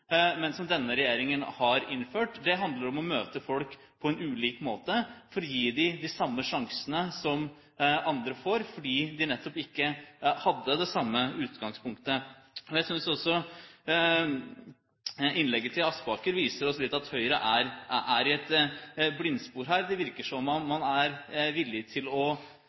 men som denne regjeringen har innført. Det handler om å møte folk på en ulik måte for å gi dem de samme sjansene som andre får, nettopp fordi de ikke hadde det samme utgangspunktet. Jeg synes også innlegget til Aspaker viser oss litt at Høyre er i et blindspor her. Det virker som om man er villig til å